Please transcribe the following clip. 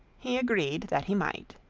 he agreed that he might.